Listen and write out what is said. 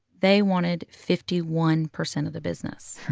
they wanted fifty one percent of the business.